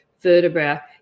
vertebra